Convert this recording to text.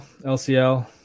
LCL